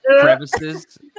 crevices